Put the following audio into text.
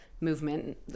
movement